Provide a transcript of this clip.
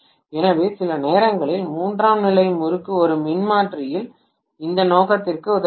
எனவே சில நேரங்களில் மூன்றாம் நிலை முறுக்கு ஒரு மின்மாற்றியில் இந்த நோக்கத்திற்கு உதவுகிறது